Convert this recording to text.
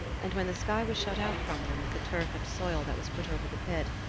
and when the sky was shut out from them with the turf and soil that was put over the pit,